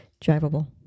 drivable